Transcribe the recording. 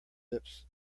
lips